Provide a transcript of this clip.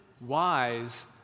wise